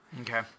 Okay